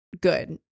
good